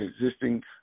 existing